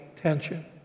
tension